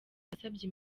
yasabye